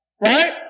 right